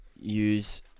use